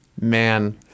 Man